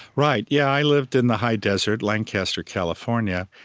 right. yeah, i lived in the high desert, lancaster, california.